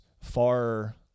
far